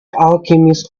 alchemist